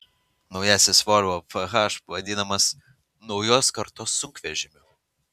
naujasis volvo fh vadinamas naujos kartos sunkvežimiu